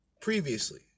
previously